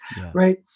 right